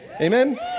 Amen